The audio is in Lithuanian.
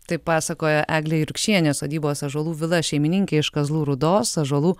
taip pasakoja eglė jurkšienė sodybos ąžuolų vila šeimininkė iš kazlų rūdos ąžuolų